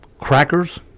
crackers